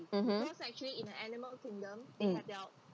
mmhmm mm